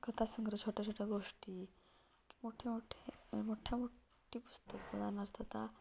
कथासंग्रह छोट्या छोट्या गोष्टी मोठे मोठे मोठ्या मोठी पुस्तकं उदाहरणार्थ